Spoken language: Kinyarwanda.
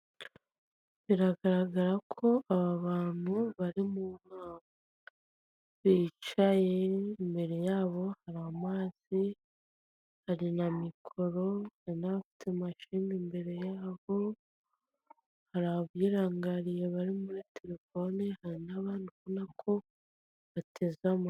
Biragaragara ko aba bantu bari mu nama, bicaye imbere yabo hari amazi hari na mikoro hari mashini, imbere yabo hari abirangariye, abari muri telefone, hari n'abandi ubona ko bateze amatwi.